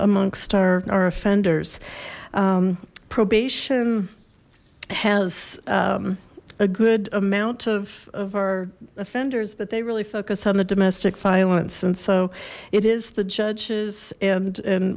amongst our our offenders probation has a good amount of of our offenders but they really focus on the domestic violence and so it is the judges and